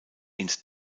ins